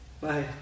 bye